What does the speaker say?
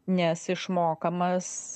nes išmokamas